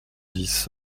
dix